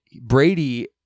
Brady